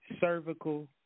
cervical